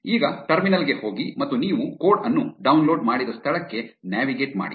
ಈಗ ಟರ್ಮಿನಲ್ ಗೆ ಹೋಗಿ ಮತ್ತು ನೀವು ಕೋಡ್ ಅನ್ನು ಡೌನ್ಲೋಡ್ ಮಾಡಿದ ಸ್ಥಳಕ್ಕೆ ನ್ಯಾವಿಗೇಟ್ ಮಾಡಿ